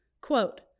Quote